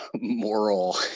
moral